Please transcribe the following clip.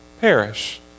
perish